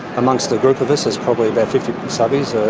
amongst the group of us there's probably about fifty subbies,